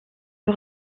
sur